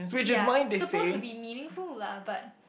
ya supposed to be meaningful lah but